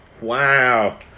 Wow